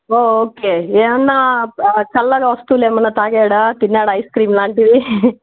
okay ఏమన్నా చల్లగా వస్తువులు ఏమైనా తాగాడ తిన్నాడ ఐస్ క్రీమ్ లాంటివి